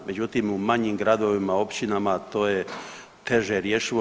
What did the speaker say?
Međutim u manjim gradovima, općinama to je teže rješivo.